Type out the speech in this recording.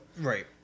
Right